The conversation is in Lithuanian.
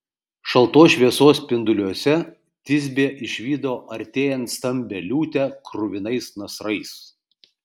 šaltos šviesos spinduliuose tisbė išvydo artėjant stambią liūtę kruvinais nasrais